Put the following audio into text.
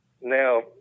Now